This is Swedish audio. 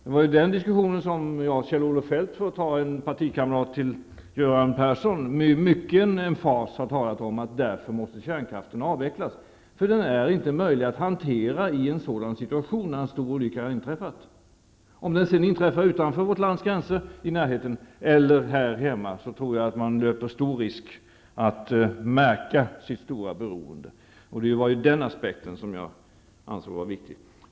Jag har fört den diskussionen med Kjell-Olof Feldt, för att nämna en partikamrat till Göran Persson, och med mycken emfas talat för att kärnkraften måste avvecklas. Kärnkraften är inte möjlig att hantera i en situation när en stor olycka har inträffat. Vare sig den olyckan inträffar i närheten utanför vårt lands gränser eller här hemma tror jag att man löper stor risk att märka sitt stora beroende. Jag ansåg att den aspekten var viktig.